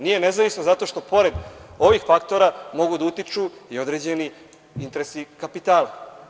Nije nezavisno zato što pored ovih faktora mogu da utiču i određeni interesi kapitala.